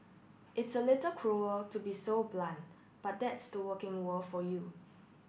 it's a little cruel to be so blunt but that's the working world for you